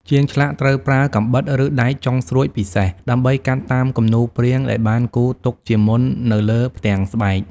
ជាងឆ្លាក់ត្រូវប្រើកាំបិត ឬដែកចុងស្រួចពិសេស ដើម្បីកាត់តាមគំនូសព្រាងដែលបានគូរទុកជាមុននៅលើផ្ទាំងស្បែក។